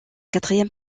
quatrième